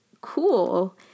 cool